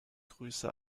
grüße